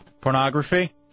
Pornography